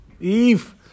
Eve